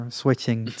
switching